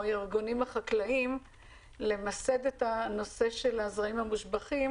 הארגונים החקלאיים למסד את הנושא של הזרעים המושבחים,